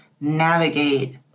navigate